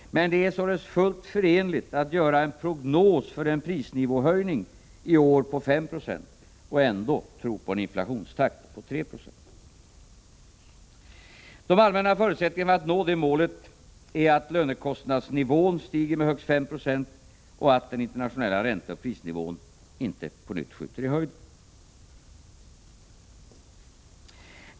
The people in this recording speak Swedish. Men det är således fullt förenligt att göra en prognos för en prisnivåhöjning i år på 5 20 och ändå tro på en inflationstakt på 3 20. De allmänna förutsättningarna för att nå det målet är att lönekostnadsnivån stiger med högst 5 96 och att den internationella ränteoch prisnivån inte på nytt skjuter i höjden.